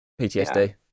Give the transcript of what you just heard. PTSD